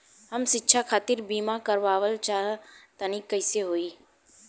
हम शिक्षा खातिर बीमा करावल चाहऽ तनि कइसे होई?